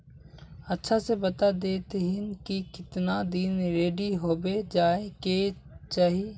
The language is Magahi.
अच्छा से बता देतहिन की कीतना दिन रेडी होबे जाय के चही?